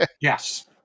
Yes